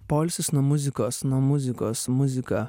poilsis nuo muzikos nuo muzikos muzika